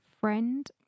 friend